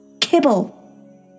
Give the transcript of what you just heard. kibble